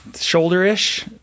Shoulder-ish